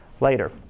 later